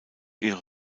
ihre